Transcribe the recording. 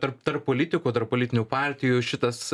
tarp tarp politikų tarp politinių partijų šitas